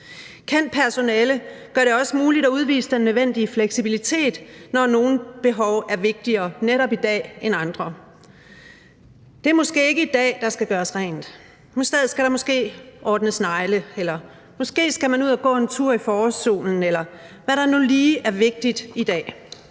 Kendt personale gør det også muligt at udvise den nødvendige fleksibilitet, når nogle behov er vigtigere netop i dag end andre. Det er måske ikke i dag, der skal gøres rent – i stedet skal der måske ordnes negle, eller måske skal man ud at gå en tur i forårssolen, eller hvad der nu lige er vigtigt i dag.